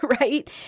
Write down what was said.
right